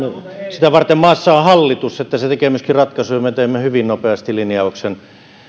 sitä varten maassa on hallitus että se tekee myöskin ratkaisuja me teimme hallituksessa hyvin nopeasti linjauksen